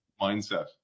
mindset